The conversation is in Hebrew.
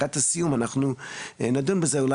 לקראת הסיום אנחנו נדון בזה ובמתי זה יקרה אבל